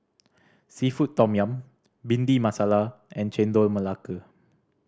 seafood tom yum Bhindi Masala and Chendol Melaka